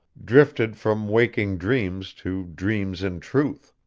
drifted from waking dreams to dreams in truth.